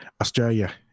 australia